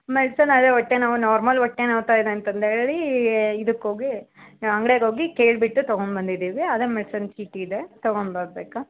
medicine ಅದೇ ಹೊಟ್ಟೆ ನೋವು ನಾರ್ಮಲ್ ಹೊಟ್ಟೆ ನೋವ್ತಾಯಿದೆ ಅಂತಂದೇಳಿ ಇದಕ್ಕೋಗಿ ಅಂಗ್ಡಿಗೆ ಹೋಗಿ ಕೇಳಿಬಿಟ್ಟು ತಗೊಂಡ್ಬಂದಿದ್ದೀವಿ ಅದೇ ಮೆಡಿಸನ್ ಚೀಟಿಯಿದೆ ತಗೊಂಡ್ಬರ್ಬೇಕಾ